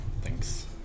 Thanks